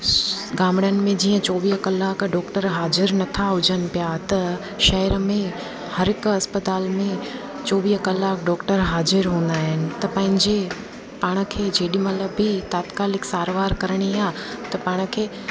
गामड़नि में जीअं चोवीह कलाक डॉक्टर हाज़ुरु नथा हुजनि पिया त शहर में हर हिकु इस्पतालि में चोवीह कलाक डॉक्टर हाज़ुरु हूंदा आहिनि त पंहिंजे पाण खे जेॾहिं महिल बि तात्कालिक सारवार करिणी आहे त पाण खे